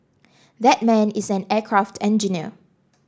that man is an aircraft engineer